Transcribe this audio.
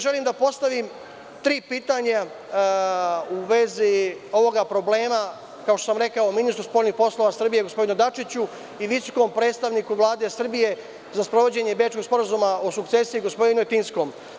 Želim da postavim tri pitanja u vezi ovog problema, kao što sam rekao ministru spoljnih poslova, gospodinu Dačiću i visokom predstavniku Vlade Srbije za sprovođenje Bečkog sporazuma o sukcesiji, gospodinu Etinskom.